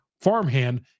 farmhand